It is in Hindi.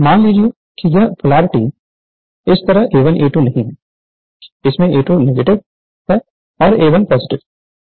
मान लीजिए कि यह पोलैरिटी इस तरह a1 a2 नहीं है इसमें a2 नेगेटिव है और a1 पॉजिटिव है